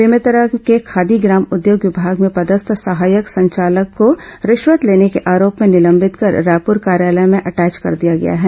बेमेतरा के खादी ग्राम उद्योग विभाग में पदस्थ सहायक संचालक को रिश्वत लेने के आरोप में निलंबित कर रायपुर कार्यालय में अटैच कर दिया गया है